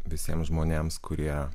visiems žmonėms kurie